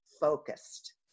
focused